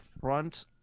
front